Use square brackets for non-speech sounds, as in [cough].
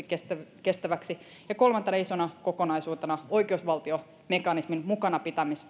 [unintelligible] kestäväksi kestäväksi ja kolmantena isona kokonaisuutena oikeusvaltiomekanismin pitämistä mukana